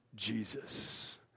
jesus